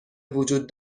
وجود